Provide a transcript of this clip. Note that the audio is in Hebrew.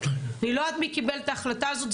אני לא יודעת מי קיבל את ההחלטה הזאת,